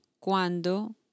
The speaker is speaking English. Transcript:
cuando